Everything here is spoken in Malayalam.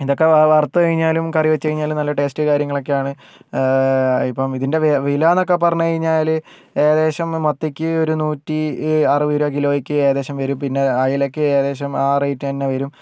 ഇതൊക്കെ വറത്തു കഴിഞ്ഞാലും കറി വെച്ച് കഴിഞ്ഞാലും നല്ല ടേസ്റ്റ് കാര്യങ്ങളൊക്കെയാണ് ഇപ്പം ഇതിൻറ്റെ വില എന്നൊക്കെ പറഞ്ഞു കഴിഞ്ഞാല് ഏകദേശം മത്തിക്ക് ഒരു നൂറ്റി അറുപത് രൂപ കിലോയ്ക്ക് ഏകദേശം വരും പിന്നെ അയലയ്ക്ക് ഏകദേശം ആ റെയിറ്റ് തന്നെ വരും